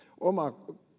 oma